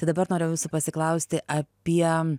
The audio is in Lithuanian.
tai dabar norėjau jūsų pasiklausti apie